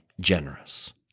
generous